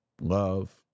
love